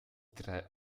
drei